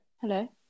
hello